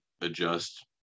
adjust